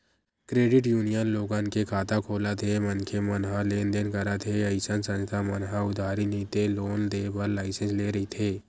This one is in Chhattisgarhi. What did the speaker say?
क्रेडिट यूनियन लोगन के खाता खोलत हे मनखे मन ह लेन देन करत हे अइसन संस्था मन ह उधारी नइते लोन देय बर लाइसेंस लेय रहिथे